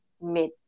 made